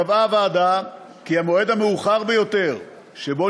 קבעה הוועדה כי המועד המאוחר ביותר שבו